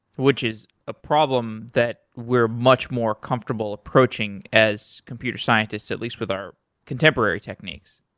which is a problem that we're much more comfortable approaching as computer scientists at least with our contemporary techniques.